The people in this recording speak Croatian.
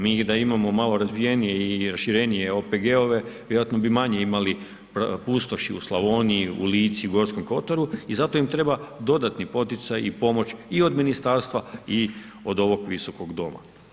Mi da imamo malo razvijenije i raširenije OPG-ove, vjerojatno bi manje imali pustoši u Slavoniji, u Lici, u Gorskom kotaru i zato im treba dodatni poticaj i pomoć i od ministarstva i od ovog Visokog doma.